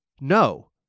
no